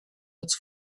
its